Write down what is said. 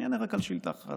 אני אענה רק על שאילתה אחת,